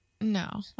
No